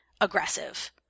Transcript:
aggressive